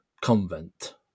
convent